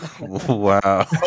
Wow